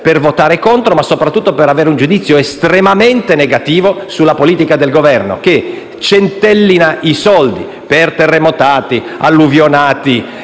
per votare contro la fiducia, ma soprattutto per esprimere un giudizio estremamente negativo sulla politica del Governo, che centellina i soldi per terremotati, alluvionati,